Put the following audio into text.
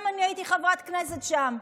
גם אני הייתי חברת כנסת שם.